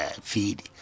feed